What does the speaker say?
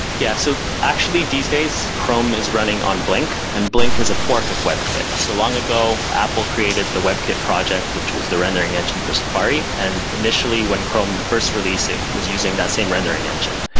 yeah, so actually these days chrome is running on blink and blink is a fork of webkit. so long ago, apple created the webkit project, which was the rendering engine for safari. and initially, when chrome first released it was using that same rendering engine.